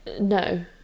No